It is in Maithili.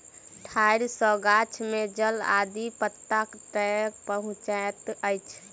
ठाइड़ सॅ गाछ में जल आदि पत्ता तक पहुँचैत अछि